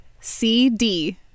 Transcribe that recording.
C-D